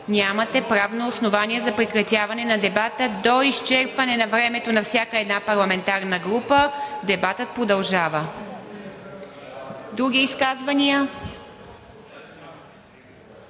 нямате правно основание за прекратяване на дебата до изчерпване на времето на всяка една парламентарна група. Дебатът продължава. Други изказвания?